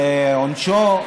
על עונשו.